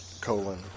colon